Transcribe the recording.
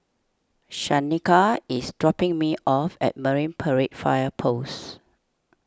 Shaneka is dropping me off at Marine Parade Fire Post